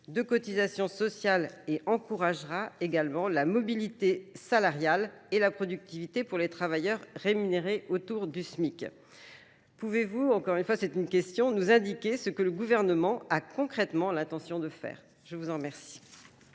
de cotisation sociale et encouragera également la mobilité salariale et la productivité pour les travailleurs rémunérés autour du SMIC. Pouvez-vous nous indiquer ce que le gouvernement a concrètement l'intention de faire ? Merci